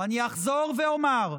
אני אחזור ואומר: